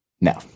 No